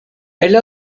elle